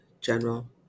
General